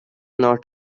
not